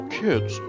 kids